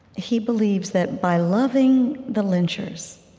he believes that by loving the lynchers,